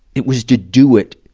it was to do it